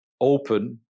open